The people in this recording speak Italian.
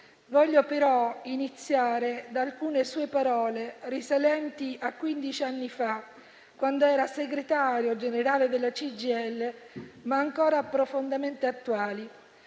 Voglio però iniziare da alcune sue parole risalenti a quindici anni fa, quando era segretario generale della CGIL, ma ancora profondamente attuali;